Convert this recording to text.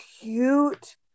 cute